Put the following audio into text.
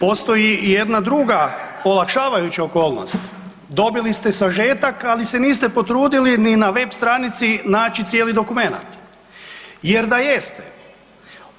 Postoji i jedna druga olakšavajuća okolnost, dobili ste sažetak, ali se niste potrudili ni na web stranici naći cijeli dokumenat jer da jeste